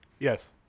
Yes